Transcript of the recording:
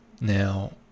Now